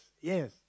yes